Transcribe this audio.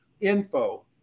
info